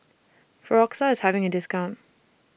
Floxia IS having A discount